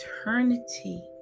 eternity